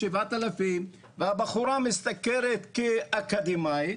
7,000 והבחורה משתכרת כאקדמאית,